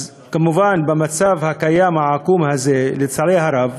אז כמובן, במצב הקיים, העקום הזה, לצערי הרב,